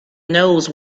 knows